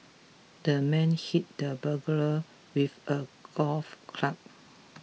the man hit the burglar with a golf club